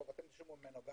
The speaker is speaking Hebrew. תשמעו ממנו גם